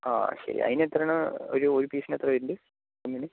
ആ ശരി അതിനു എത്ര ആണ് ഒരു ഒരു പീസിന് എത്ര വരുന്നുണ്ട്